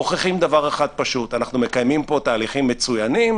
מוכיחים דבר אחד פשוט אנחנו מקיימים פה תהליכים מצוינים,